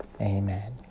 Amen